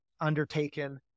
undertaken